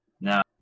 Now